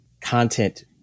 content